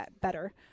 better